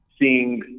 seeing